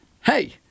Hey